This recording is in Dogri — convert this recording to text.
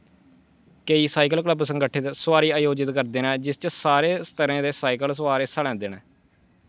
केईं साइकल क्लब संगठत सुआरी आयोजत करदे न जिस च सारे स्तरें दे साइकल सुआर हिस्सा लैंदे न